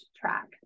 track